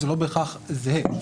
זה לא בהכרח זהה.